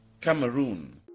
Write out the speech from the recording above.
Cameroon